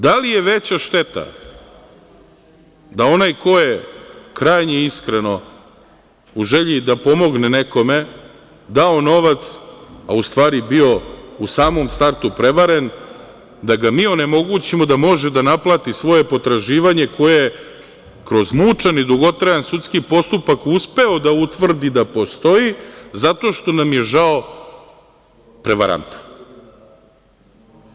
Da li je veća šteta da onoga ko je krajnje iskreno u želji da pomogne nekome dao novac, a u stvari bio u samom startu prevaren, da ga mi onemogućimo da ne može da naplati svoje potraživanje koje je kroz mučan i dugotrajan sudski postupak uspeo da utvrdi da postoji, zato što nam je žao prevaranta?